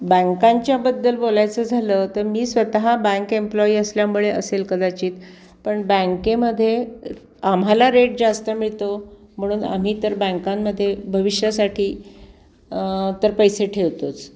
बँकांच्याबद्दल बोलायचं झालं तर मी स्वतः बँक एम्प्लॉयी असल्यामुळे असेल कदाचित पण बँकेमध्ये आम्हाला रेट जास्त मिळतो म्हणून आम्ही तर बँकांमध्ये भविष्यासाठी तर पैसे ठेवतोच